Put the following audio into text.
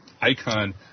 icon